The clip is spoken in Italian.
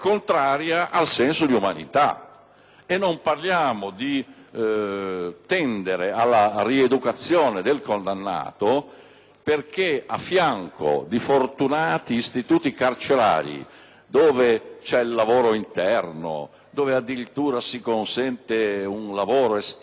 - non ne parliamo - ai fini rieducativi dei condannati. Infatti, a fianco di fortunati istituti carcerari ove c'è il lavoro interno e addirittura si consente un lavoro esterno controllato,